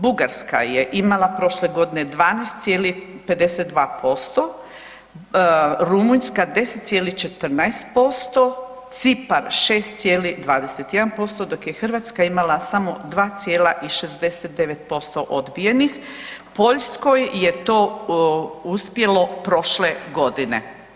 Bugarska je imala prošle godine 12,52%, Rumunjska 10,14%, Cipar 6,21%, dok je Hrvatska imala 2,69% odbijenih, Poljskoj je to uspjelo prošle godine.